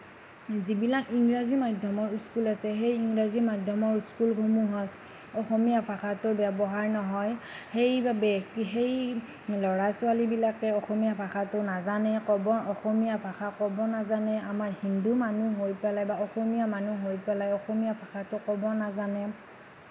যিবিলাক ইংৰাজী মাধ্যমৰ স্কুল আছে সেই ইংৰাজী মাধ্যমৰ স্কুলসমূহত অসমীয়া ভাষাটোৰ ব্যৱহাৰ নহয় সেইবাবে সেই ল'ৰা ছোৱালীবিলাকে অসমীয়া ভাষাটো নাজানে ক'ব অসমীয়া ভাষা ক'ব নাজানে আমাৰ হিন্দু মানুহ হৈ পেলাই বা অসমীয়া মানুহ হৈ পেলাই অসমীয়া ভাষাটো ক'ব নাজানে